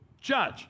judge